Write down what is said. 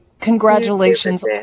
congratulations